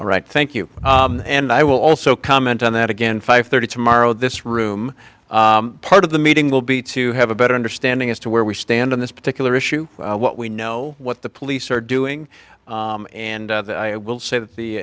all right thank you and i will also comment on that again five thirty tomorrow this room part of the meeting will be to have a better understanding as to where we stand on this particular issue what we know what the police are doing and i will say that the